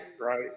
right